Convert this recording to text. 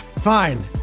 Fine